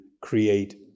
create